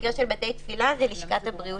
במקרה של בתי תפילה זה לשכת הבריאות.